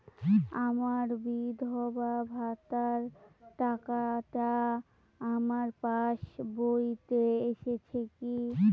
আমার বিধবা ভাতার টাকাটা আমার পাসবইতে এসেছে কি?